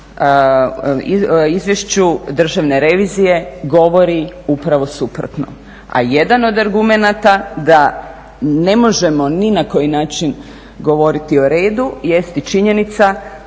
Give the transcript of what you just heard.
izvješću Državne revizije govori upravo suprotno, a jedan od argumenata da ne možemo ni na koji način govoriti o redu jest i činjenica